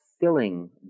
filling